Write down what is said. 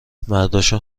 مرداشون